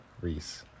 reese